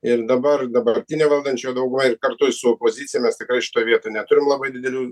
ir dabar dabartinė valdančioji dauguma ir kartu su opozicija mes tikrai šitoj vietoj neturim labai didelių